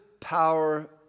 power